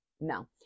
no